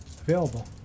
available